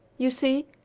you see,